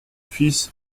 fils